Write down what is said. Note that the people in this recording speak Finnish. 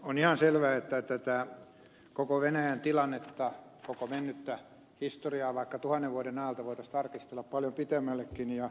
on ihan selvä että voitaisiin tarkistella tätä koko venäjän tilannetta koko mennyttä historiaa vaikka tuhannen vuoden ajalta paljon pitemmällekin